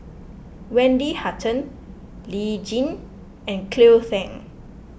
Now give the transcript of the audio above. Wendy Hutton Lee Tjin and Cleo Thang